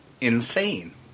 insane